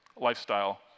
lifestyle